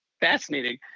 fascinating